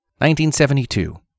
1972